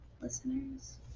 listeners